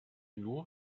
nur